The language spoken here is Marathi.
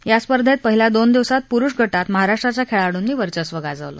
या स्पर्धेत पहिल्या दोन दिवसात पुरुष गटात महाराष्ट्राच्या खेळाडूंनी वर्चस्व गाजवलं